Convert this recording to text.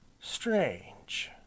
Strange